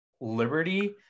liberty